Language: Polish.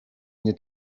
nie